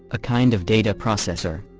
a kind of data processor.